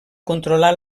controlar